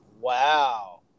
Wow